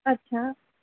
अच्छा